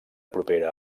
propera